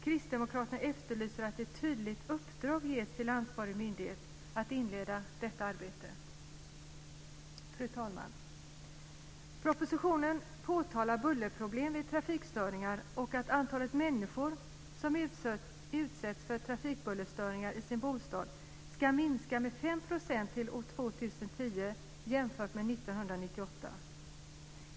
Kristdemokraterna efterlyser att ett tydligt uppdrag ges till ansvarig myndighet att inleda detta arbete. Fru talman! Propositionen påtalar bullerproblem vid trafikstörningar och att antalet människor som utsätts för trafikbullerstörningar i sin bostad ska minska med 5 % till 2010 jämfört med 1998.